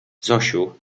zosiu